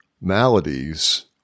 maladies